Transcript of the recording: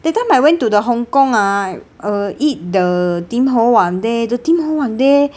that time I went to the hong-kong ah err eat the tim ho wan there the tim ho wan there